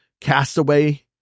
castaway